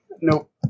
Nope